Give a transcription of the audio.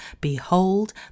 behold